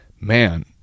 man